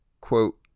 quote